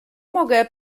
mogę